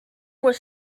was